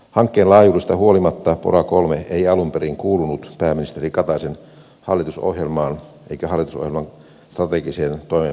hankkeen laajuudesta huolimatta pora iii ei alun perin kuulunut pääministeri kataisen hallitusohjelmaan eikä hallitusohjelman strategiseen toimeenpanosuunnitelmaan